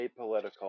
apolitical